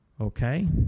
okay